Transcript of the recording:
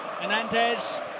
Hernandez